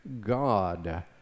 God